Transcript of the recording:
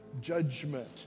judgment